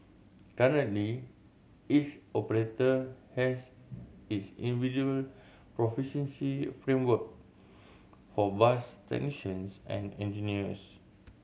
currently each operator has its individual proficiency framework for bus technicians and engineers